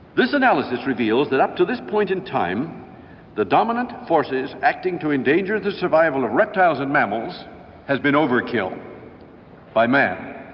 this analysis reveals that up to this point in time the dominant forces acting to endanger the survival of reptiles and mammals has been over-kill by man,